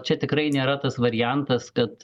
čia tikrai nėra tas variantas kad